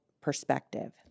perspective